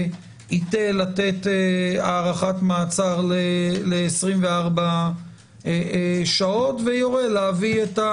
ייטה לתת הערכת מעצר ל-24 שעות ויורה להביא.